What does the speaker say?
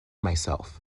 myself